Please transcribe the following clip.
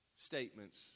statements